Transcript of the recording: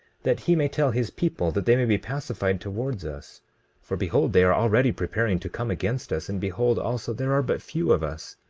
that he may tell his people that they may be pacified towards us for behold they are already preparing to come against us and behold also there are but few of us.